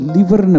Liver